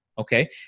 okay